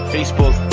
Facebook